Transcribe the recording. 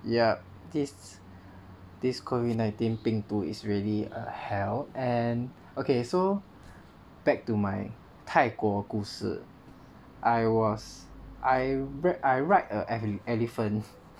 ya this this COVID nineteen 病毒 is really a hell and okay so back to my 泰国故事 I was I I ride a elephant